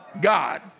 God